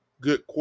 good